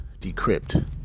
decrypt